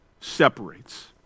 separates